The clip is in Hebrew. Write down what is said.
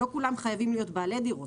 לא כולם חייבים להיות בעלי דירות,